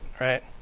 right